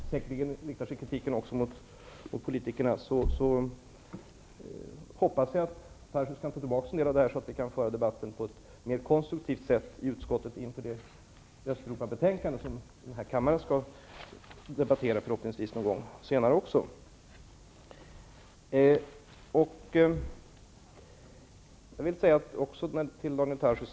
Säkerligen riktar sig kritiken också mot politikerna. Jag hoppas att Daniel Tarschys tar tillbaka en del av detta, så att vi i utskottet kan föra debatten på ett mer konstruktivt sätt inför det Östeuropabetänkande som den här kammaren förhoppningsvis också skall debattera senare.